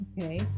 Okay